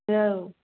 औ